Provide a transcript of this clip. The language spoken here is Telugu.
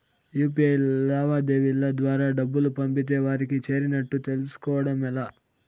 యు.పి.ఐ లావాదేవీల ద్వారా డబ్బులు పంపితే వారికి చేరినట్టు తెలుస్కోవడం ఎలా?